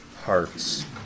hearts